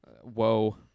Whoa